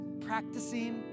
practicing